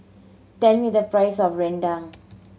tell me the price of rendang